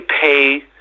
pay